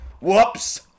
Whoops